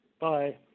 Bye